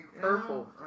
purple